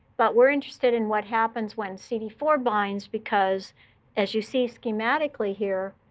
but we're interested in what happens when c d four binds. because as you see schematically here,